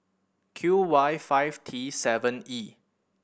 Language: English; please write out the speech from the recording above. Q Y five T seven E